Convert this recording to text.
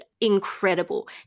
incredible